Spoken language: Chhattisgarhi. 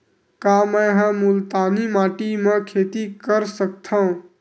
का मै ह मुल्तानी माटी म खेती कर सकथव?